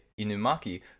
Inumaki